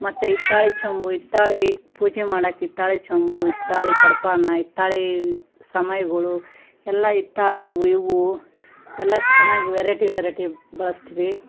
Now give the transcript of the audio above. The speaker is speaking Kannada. ಮತ್ತು ಹಿತ್ತಾಳೆ ಚಂಬು ಹಿತ್ತಾಳಿ ಪೂಜೆ ಮಾಡೋಕ್ ಹಿತ್ತಾಳೆ ಚಂಬು ಹಿತ್ತಾಳೆ ಕೊಡಪಾನ ಹಿತ್ತಾಳೀ ಸಮಯ್ಗುಳು ಎಲ್ಲ ಹಿತ್ತಾಳೇ ಇವು ಇವು ಎಲ್ಲ ಚೆನ್ನಾಗಿ ವೆರೈಟಿ ವೆರೈಟಿ ಬಳಸ್ತೀವಿ